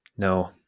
No